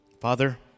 Father